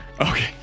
Okay